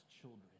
children